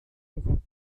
gesetzes